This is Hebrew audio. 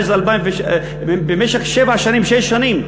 שש שנים?